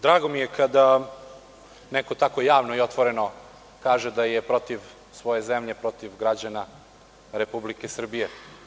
Drago mi je kada neko tako javno i otvoreno kaže da je protiv svoje zemlje, protiv građana Republike Srbije.